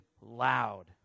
loud